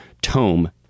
tome